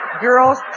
Girls